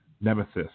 nemesis